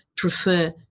prefer